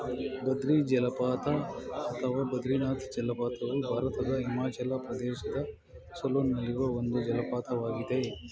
ಬದ್ರಿ ಜಲಪಾತ ಅಥವಾ ಬದ್ರಿನಾಥ್ ಜಲಪಾತವು ಭಾರತದ ಹಿಮಾಚಲ ಪ್ರದೇಶದ ಸೊಲುನ್ನಲ್ಲಿರುವ ಒಂದು ಜಲಪಾತವಾಗಿದೆ